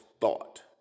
thought